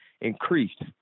increased